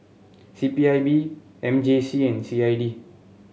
C P I B M J C and C I D